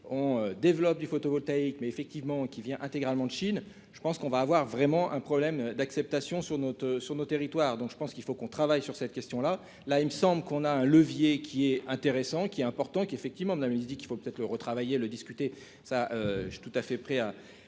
on développe du photovoltaïque, mais effectivement qui vient intégralement Chine, je pense qu'on va avoir vraiment un problème d'acceptation sur notre sur nos territoires, donc je pense qu'il faut qu'on travaille sur cette question là, là, il me semble qu'on a un levier qui est intéressant qu'il est important qu'effectivement de la musique, il faut être le retravailler le discuter, ça je suis tout à fait prêt à